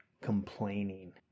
complaining